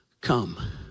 come